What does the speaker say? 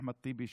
אחמד טיבי,